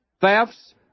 thefts